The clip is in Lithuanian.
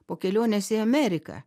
po kelionės į ameriką